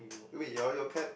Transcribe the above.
!aiyo! eh wait your your cap